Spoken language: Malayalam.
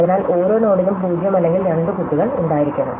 അതിനാൽ ഓരോ നോഡിനും 0 അല്ലെങ്കിൽ രണ്ട് കുട്ടികൾ ഉണ്ടായിരിക്കണം